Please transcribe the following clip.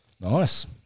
Nice